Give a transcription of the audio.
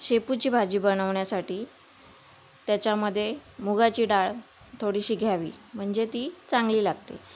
शेपूची भाजी बनवण्यासाठी त्याच्यामध्ये मुगाची डाळ थोडीशी घ्यावी म्हणजे ती चांगली लागते